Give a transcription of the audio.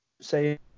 say